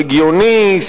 הגיוני,